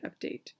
update